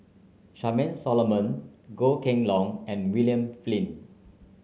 Charmaine Solomon Goh Kheng Long and William Flint